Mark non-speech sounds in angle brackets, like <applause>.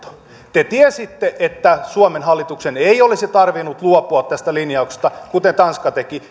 te tiesitte että suomen hallituksen ei olisi tarvinnut luopua tästä lin jauksesta kuten tanska teki <unintelligible>